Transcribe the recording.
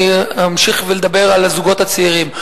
אני אמשיך ואדבר על הזוגות הצעירים.